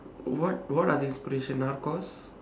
what what are inspirational